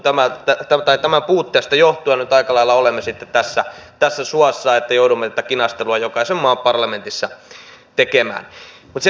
aika lailla tämän puutteesta johtuen nyt olemme sitten tässä suossa että joudumme tätä kinastelua jokaisen maan parlamentissa käymään